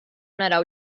naraw